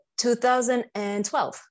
2012